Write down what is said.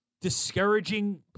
discouraging